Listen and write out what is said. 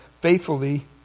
faithfully